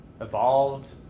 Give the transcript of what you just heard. evolved